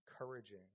encouraging